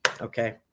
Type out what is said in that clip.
Okay